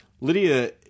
Lydia